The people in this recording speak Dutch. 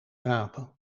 rapen